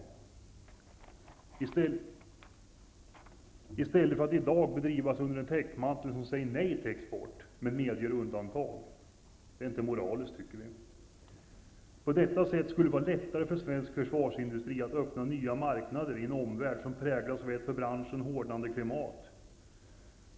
Det är inte moraliskt att bedriva vapenexport under en täckmantel som säger nej till export men som medger vissa undantag. På detta sätt skulle det vara lättare för svensk försvarsindustri att öppna nya marknader i en omvärld som präglas av ett för branschen hårdnande klimat.